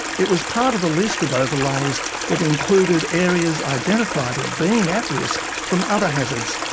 it was part of a list of overlays that included areas identified as being at risk from other hazards,